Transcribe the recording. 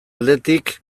aldetik